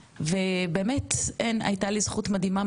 ובאמת הייתה לי זכות מדהימה,